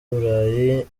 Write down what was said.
burayi